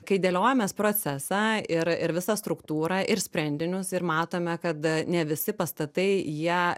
kai dėliojamės procesą ir ir visą struktūrą ir sprendinius ir matome kad a ne visi pastatai jie